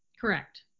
Correct